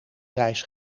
reis